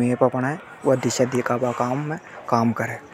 मैप अपण हे दिशा दिखाबा को काम करे।